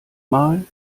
mal